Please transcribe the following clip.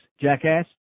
jackass